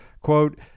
Quote